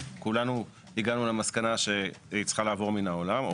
שכולנו הגענו למסקנה שהיא צריכה לעבור מן העולם.